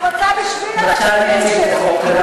ועכשיו אני אתייחס לחוק.